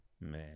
Man